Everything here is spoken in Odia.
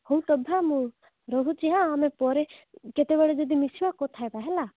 ହଉ ଟଭା ମୁଁ ରହୁଛି ହଁ ଆମେ ପରେ କେତେବେଳେ ଯଦି ମିଶିବା କଥା ହେବା ହେଲା